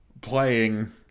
playing